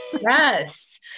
Yes